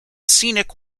scenic